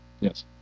Yes